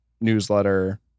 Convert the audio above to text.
newsletter